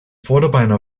vorderbeine